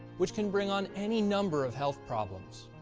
which can bring on any number of health problems.